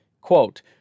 Quote